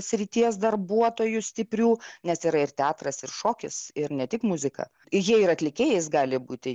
srities darbuotojų stiprių nes yra ir teatras ir šokis ir ne tik muzika jie ir atlikėjais gali būti